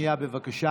רק שנייה, בבקשה.